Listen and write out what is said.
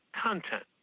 content